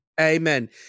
Amen